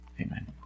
Amen